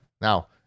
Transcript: Now